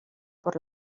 por